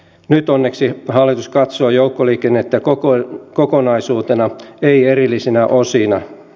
nyt onneksi hallitus katsoo joukkoliikennettä kokonaisuutena ei erillisinä osina